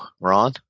Ron